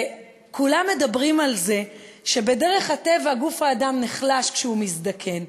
וכולם מדברים על זה שבדרך הטבע גוף האדם נחלש כשהוא מזדקן,